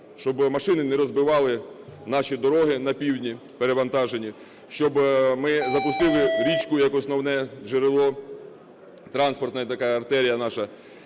Щоб машини не розбивали наші дороги на півдні перевантажені, щоб ми запустили річку як основне джерело, транспортна така артерія наша.